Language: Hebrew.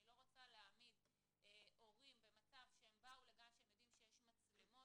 אני לא רוצה להעמיד הורים במצב שבאו לגן שהם יודעים שיש מצלמות,